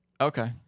Okay